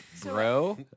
bro